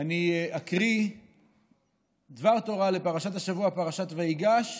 שאני אקריא דבר תורה על פרשת השבוע, פרשת ויגש,